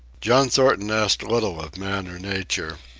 john thornton asked little of man or nature.